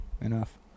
enough